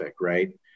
right